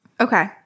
Okay